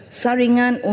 saringan